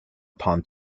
upon